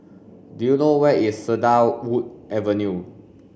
do you know where is Cedarwood Avenue